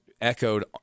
echoed